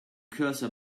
cursor